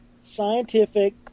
scientific